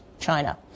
China